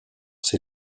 ses